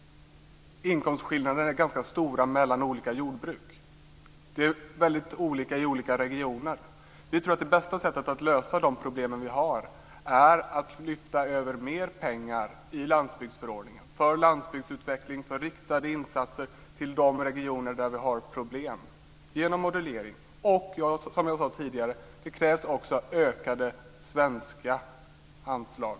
Inkomstskillnaderna är ganska stora mellan olika jordbruk. Det är olika i olika regioner. Vi tror att det bästa sättet att lösa de problem vi har är att lyfta över mer pengar i landsbygdsförordningen för landsbygdsutveckling, riktade insatser genom modulering till de regioner där det finns problem, och det krävs ökade svenska anslag.